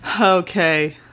Okay